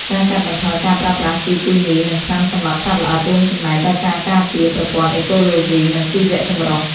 ការកាត់បន្ថយការប្រើប្រាស់ជីគីមី និងថ្នាំសម្លាប់សត្វល្អិត រួមចំណែកដល់ការការពារប្រព័ន្ធអេកូឡូស៊ី និងជីវចម្រុះ។